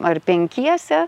ar penkiese